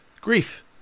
grief